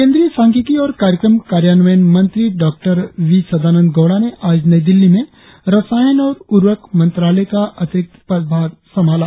केंद्रीय सांख्यिकी और कार्यक्रम कार्यान्वयन मंत्री डी वी सदानंद गौड़ा ने आज नई दिल्ली में रसायन और उर्वरक मंत्रालय का अतिरिक्त प्रभार संभाला